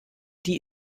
die